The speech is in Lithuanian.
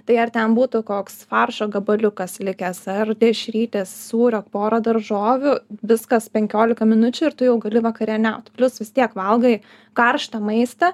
tai ar ten būtų koks faršo gabaliukas likęs ar dešrytės sūrio pora daržovių viskas penkiolika minučių ir tu jau gali vakarieniaut plius vis tiek valgai karštą maistą